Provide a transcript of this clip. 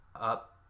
up